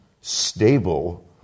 stable